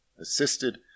assisted